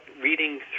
reading